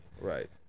Right